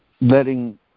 letting